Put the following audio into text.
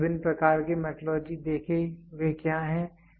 हमने विभिन्न प्रकार के मेट्रोलॉजी देखे वे क्या हैं